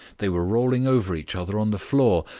they were rolling over each other on the floor,